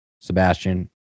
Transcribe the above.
Sebastian